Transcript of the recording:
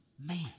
Man